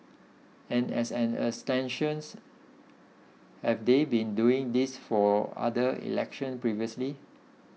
and as an extensions have they been doing this for other elections previously